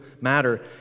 matter